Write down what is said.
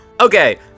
Okay